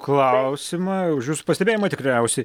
klausimą už jūsų pastebėjimą tikriausiai